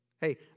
Hey